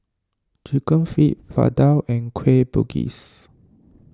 Chicken Feet Vadai and Kueh Bugis